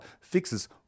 fixes